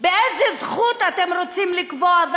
באיזה זכות אתם רוצים לקבוע?